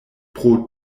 pro